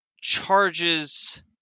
charges